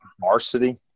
varsity